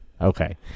Okay